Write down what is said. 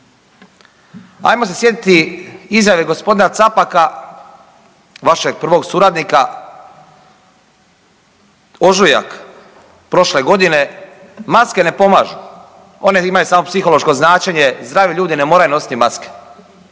Ajmo se sjetiti izjave gospodina Capaka vašeg prvog suradnika, ožujak prošle godine, maske ne pomažu one imaju samo psihološko značenje, zdravi ljudi ne moraju nositi maske.